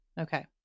Okay